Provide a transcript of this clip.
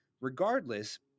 Regardless